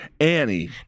Annie